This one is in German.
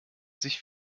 sich